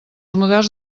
models